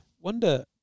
wonder